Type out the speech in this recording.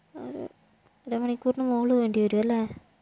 ഒരു അര മണിക്കൂറിന് മേൽ വേണ്ടിവരും അല്ലേ